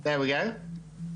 יש בסביבות 80